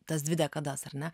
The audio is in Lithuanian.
tas dvi dekadas ar ne